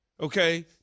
okay